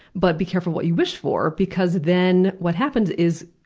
but, be careful what you wish for, because then what happens is,